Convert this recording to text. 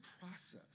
process